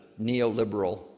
neoliberal